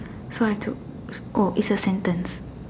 so I took oh it's a sentence